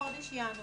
בחודש ינואר.